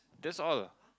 that's all